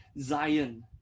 Zion